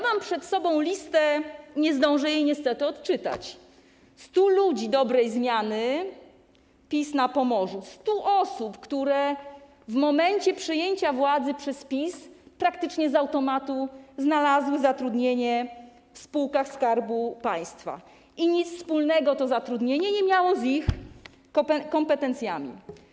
Mam przed sobą listę - nie zdążę jej niestety odczytać - 100 ludzi dobrej zmiany PiS na Pomorzu, 100 osób, które w momencie przejęcia władzy przez PiS praktycznie z automatu znalazły zatrudnienie w spółkach Skarbu Państwa, a to zatrudnienie nie miało nic wspólnego z ich kompetencjami.